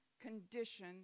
condition